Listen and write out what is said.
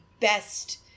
Best